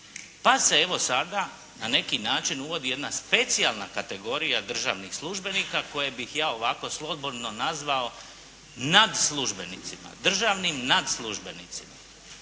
Pa se evo, sada na neki način uvodi jedna specijalna kategorija državnih službenika koje bih evo ovako slobodno nazvao nadslužbenicima, državnim nadslužbenicima.